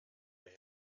they